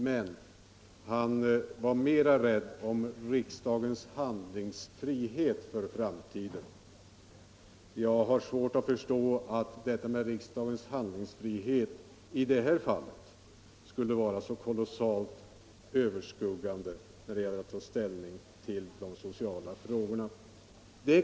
Han var dock mera rädd om riksdagens handlingsfrihet för framtiden. Jag har svårt att förstå att riksdagens handlingsfrihet i det här fallet skulle ha en så kolossalt överskuggande betydelse när det gäller att ta ställning till de sociala frågorna.